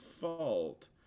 fault